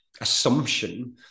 assumption